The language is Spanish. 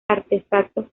artefactos